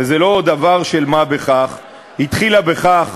וזה לא דבר של מה בכך, התחילה בכך